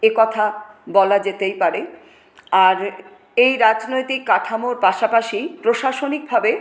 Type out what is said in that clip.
একথা বলা যেতেই পারে আর এই রাজনৈতিক কাঠামোর পাশাপাশি প্রশাসনিকভাবে